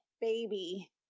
baby